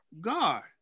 God